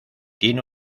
tiene